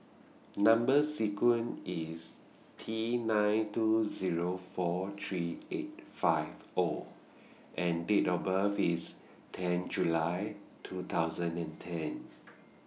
Number sequence IS T nine two Zero four three eight five O and Date of birth IS ten July two thousand and ten